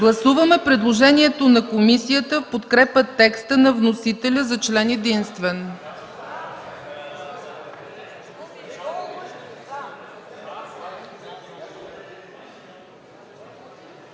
гласуване предложението на комисията в подкрепа текста на вносителя за член единствен.